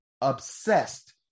obsessed